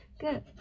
Good